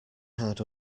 had